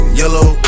yellow